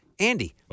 Andy